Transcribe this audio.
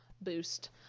boost